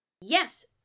Yes